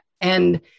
And-